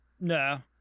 No